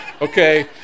okay